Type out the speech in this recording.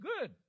good